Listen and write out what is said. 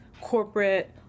corporate